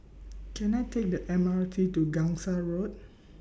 Can I Take The M R T to Gangsa Road